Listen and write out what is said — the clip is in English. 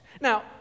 Now